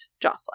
Jocelyn